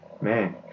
Man